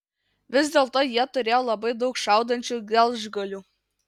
vis dėlto jie turėjo labai daug šaudančių gelžgalių